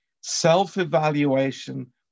self-evaluation